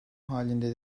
halinde